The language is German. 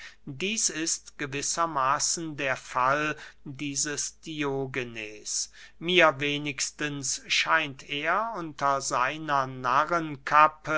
dieß ist gewisser maßen der fall dieses diogenes mir wenigstens scheint er unter seiner